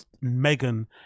Megan